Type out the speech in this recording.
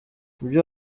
ibyo